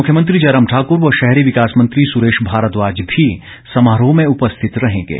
मुख्यमंत्री जयराम ठाकर व शहरी विकास मंत्री सुरेश भारद्वाज भी समारोह में उपस्थित रहेंगे